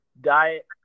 diet